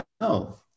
No